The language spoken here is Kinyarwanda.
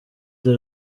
the